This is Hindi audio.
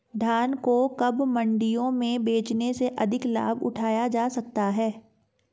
धान को कब मंडियों में बेचने से अधिक लाभ उठाया जा सकता है?